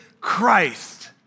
Christ